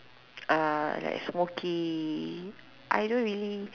uh like smoky I don't really